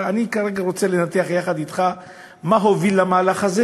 אני כרגע רוצה לנתח יחד אתך מה הוביל למהלך הזה